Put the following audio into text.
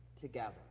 together